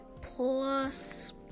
plus